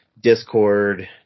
Discord